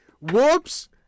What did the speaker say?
Whoops